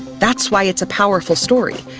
that's why its a powerful story.